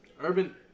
Urban